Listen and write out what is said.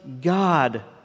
God